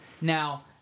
Now